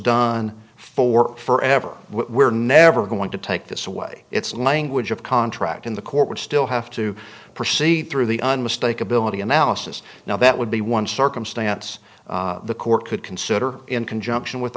done for forever we're never going to take this away its language of contract in the court would still have to proceed through the un mistake ability analysis now that would be one circumstance the court could consider in conjunction with